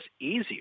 easier